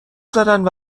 زدند